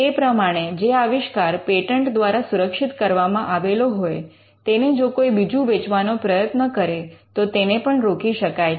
તે પ્રમાણે જે આવિષ્કાર પેટન્ટ દ્વારા સુરક્ષિત કરવામાં આવેલો હોય તેને જો કોઈ બીજુ વેચવાનો પ્રયત્ન કરે તો તેને પણ રોકી શકાય છે